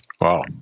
wow